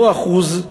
אותו אחוז,